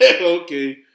Okay